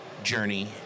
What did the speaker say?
journey